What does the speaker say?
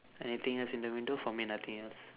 anything else in the window for me nothing else